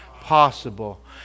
possible